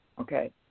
Okay